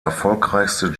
erfolgreichste